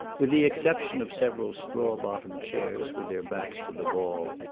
with the exception of several straw-bottomed chairs with their backs to the wall,